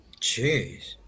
Jeez